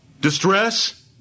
Distress